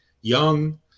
young